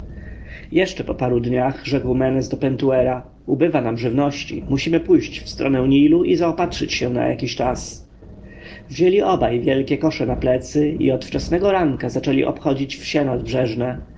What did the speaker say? jeszcze po paru dniach rzekł menes do pentuera ubywa nam żywności musimy pójść w stronę nilu i zaopatrzyć się na jakiś czas wzięli obaj wielkie kosze na plecy i od wczesnego ranka zaczęli obchodzić wsie nadbrzeżne